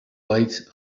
bites